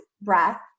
breath